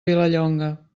vilallonga